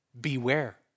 Beware